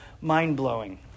mind-blowing